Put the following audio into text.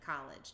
college